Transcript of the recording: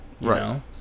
Right